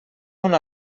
una